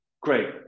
Great